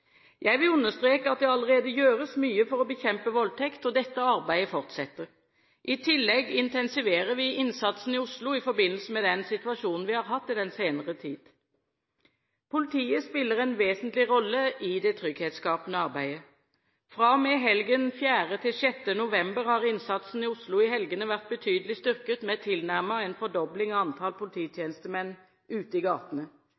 Jeg vil understreke at det allerede gjøres mye for å bekjempe voldtekt, og dette arbeidet fortsetter. I tillegg intensiverer vi innsatsen i Oslo i forbindelse med den situasjonen vi har hatt i den senere tid. Politiet spiller en vesentlig rolle i det trygghetsskapende arbeidet. Fra og med helgen 4.–6. november har innsatsen i Oslo i helgene vært betydelig styrket med tilnærmet en fordobling av antall polititjenestemenn ute i gatene.